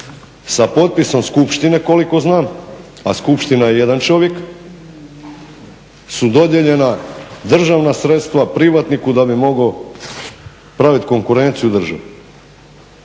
sa potpisom skupštine koliko znam, a skupština je jedan čovjek su dodijeljena državna sredstva privatniku da bi mogao praviti konkurenciju državi.